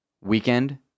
weekend